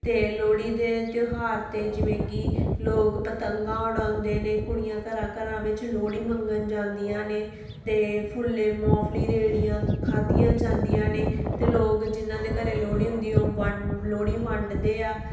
ਅਤੇ ਲੋਹੜੀ ਦੇ ਤਿਉਹਾਰ 'ਤੇ ਜਿਵੇਂ ਕਿ ਲੋਕ ਪਤੰਗਾਂ ਉਡਾਉਂਦੇ ਨੇ ਕੁੜੀਆਂ ਘਰਾਂ ਘਰਾਂ ਵਿੱਚ ਲੋਹੜੀ ਮੰਗਣ ਜਾਂਦੀਆਂ ਨੇ ਅਤੇ ਫੁੱਲੇ ਮੂੰਗਫਲੀ ਰਿਓੜੀਆਂ ਖਾਧੀਆਂ ਜਾਂਦੀਆਂ ਨੇ ਅਤੇ ਲੋਕ ਜਿਹਨਾਂ ਦੇ ਘਰੇ ਲੋਹੜੀ ਹੁੰਦੀ ਉਹ ਵੰਡ ਲੋਹੜੀ ਵੰਡਦੇ ਆ